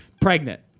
pregnant